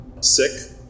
sick